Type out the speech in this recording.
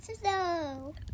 Snow